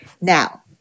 Now